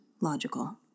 logical